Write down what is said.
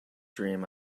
dream